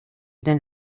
den